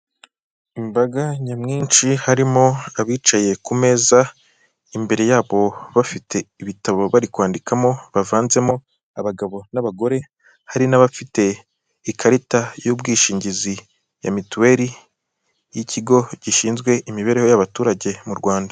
Imbaga nyamwinshi harimo abicaye ku meza imbere yabo bafite ibitabo bari kwandikamo bavanzemo abagabo n'abagore, hari n'abafite ikarita y'ubwishingizi ya mituweri y'ikigo gishinzwe imibereho y'abaturage mu rwanda.